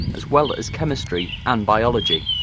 as well as chemistry and biology,